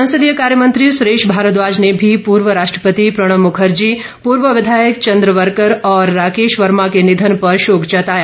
संसदीय कार्यमंत्री सुरेश भारद्वाज ने भी पूर्व राष्ट्रपति प्रणब मुखर्जी पूर्व विधायक चंद्रवर्कर और राकेश वर्मा के निधन पर शोक जताया